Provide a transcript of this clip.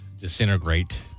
disintegrate